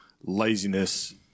laziness